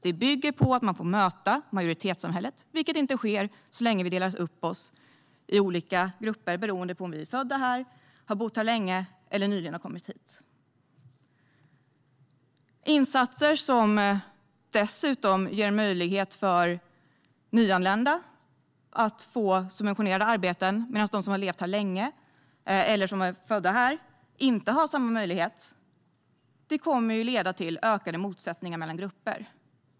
Det bygger på att man får möta majoritetssamhället, vilket inte sker så länge vi delar upp oss i olika grupper beroende på om vi är födda här, har bott här länge eller nyligen har kommit hit. Insatser som dessutom ger möjlighet för nyanlända att få subventionerade arbeten medan de som levt här länge eller är födda här inte har samma möjlighet kommer att leda till ökade motsättningar mellan grupper.